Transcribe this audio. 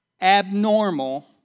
abnormal